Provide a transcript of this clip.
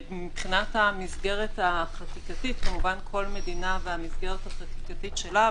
מבחינת המסגרת החקיקתית כמובן כל מדינה והמסגרת החקיקתית שלה,